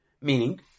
meaning